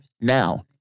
now